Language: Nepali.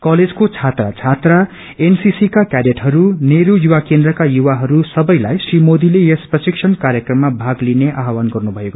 क्वलेजको छत्र दात्राा एनसीसी का कयाडेटहरू नेहरू युवा केन्द्रका युवाहरू सबैलाई श्री मोदीले यस प्रशिक्षण कार्यक्रममा भाग लिने आव्झन गर्नु भयो